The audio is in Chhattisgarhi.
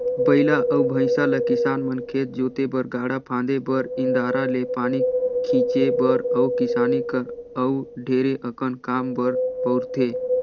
बइला अउ भंइसा ल किसान मन खेत जोते बर, गाड़ा फांदे बर, इन्दारा ले पानी घींचे बर अउ किसानी कर अउ ढेरे अकन काम बर बउरथे